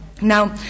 Now